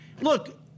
look